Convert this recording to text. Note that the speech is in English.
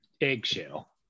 eggshell